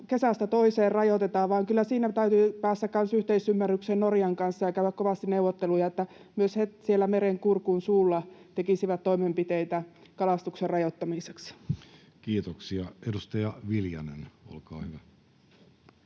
kesästä toiseen rajoitetaan, vaan kyllä siinä täytyy päästä kanssa yhteisymmärryksen Norjan kanssa ja käydä kovasti neuvotteluja, että myös he siellä Merenkurkun suulla tekisivät toimenpiteitä kalastuksen rajoittamiseksi. Kiitoksia. — Edustaja Viljanen, olkaa hyvä.